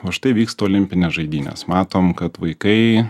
o štai vyksta olimpinės žaidynės matom kad vaikai